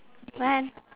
then